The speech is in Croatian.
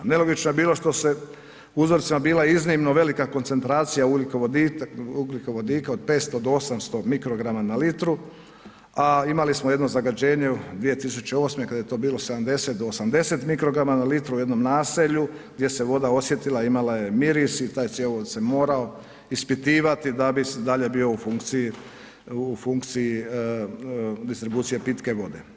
Nelogično je bilo što je u uzorcima bila iznimno velika koncentracija ugljikovodika od 500 do 800 mikrograma na litru, a imali smo jedno zagađenje 2008. kada je to bilo 70 do 80 mikrograma na litru u jednom naselju gdje se voda osjetila, imala je miris i taj cjevovod se morao ispitivati da bi dalje bio u funkciji distribucije pitke vode.